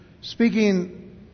speaking